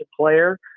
player